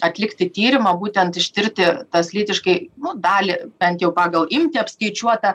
atlikti tyrimą būtent ištirti tas lytiškai nu dalį bent jau pagal imtį apskaičiuotą